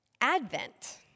Advent